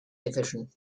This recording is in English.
division